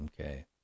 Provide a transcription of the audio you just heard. Okay